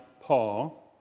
Paul